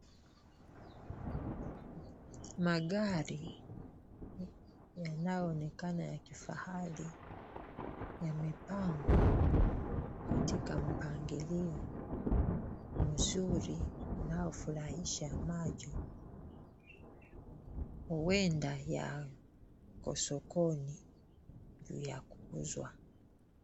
Magari yanaonekana ya kifahari yamepangwa katika mpangilio mzuri unaofurahisha macho huenda yako sokoni ya kuuzwa.